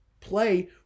play